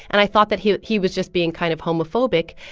and i thought that he he was just being kind of homophobic,